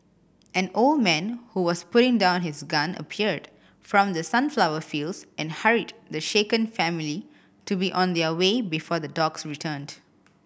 an old man who was putting down his gun appeared from the sunflower fields and hurried the shaken family to be on their way before the dogs returned